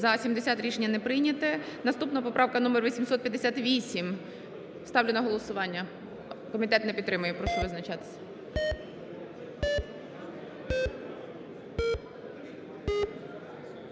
За-70 Рішення не прийняте. Наступна поправка: номер 858. Ставлю на голосування. Комітет не підтримує. Прошу визначатись.